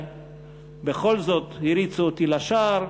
בכל זאת הריצו אותי לשער,